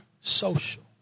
social